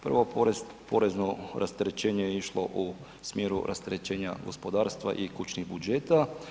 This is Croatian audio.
Prvo porezno rasterećenje je išlo u smjeru rasterećenja gospodarstva i kućnih budžeta.